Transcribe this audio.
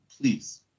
please